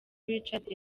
richard